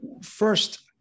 First